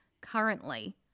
currently